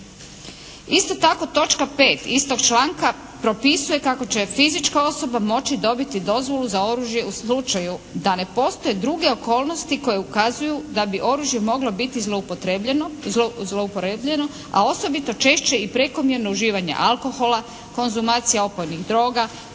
Isto tako točka 5. istog članka propisuje kako će fizička osoba moći dobiti dozvolu za oružje u slučaju da ne postoje druge okolnosti koje ukazuju da bi oružje moglo biti zloupotrijebljeno, zlouporebljeno, a osobito češće i prekomjerno uživanje alkohola, konzumacija opojnih droga